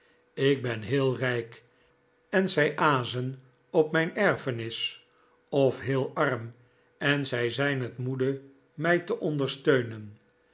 ik ben heel rijk en zij azen op mijn erfenis of heel arm en zij zijn het moede mij te ondersteunen